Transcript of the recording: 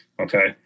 Okay